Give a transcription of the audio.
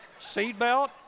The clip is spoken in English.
Seatbelt